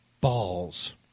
balls